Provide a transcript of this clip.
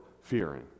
fearing